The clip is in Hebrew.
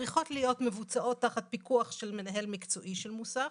צריכות להיות מבוצעות תחת פיקוח של מנהל מקצועי של מוסך.